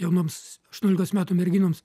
jaunoms aštuoniolikos metų merginoms